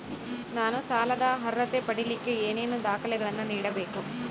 ನಾನು ಸಾಲದ ಅರ್ಹತೆ ಪಡಿಲಿಕ್ಕೆ ಏನೇನು ದಾಖಲೆಗಳನ್ನ ನೇಡಬೇಕು?